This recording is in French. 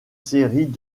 séries